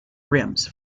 rims